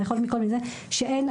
שאין,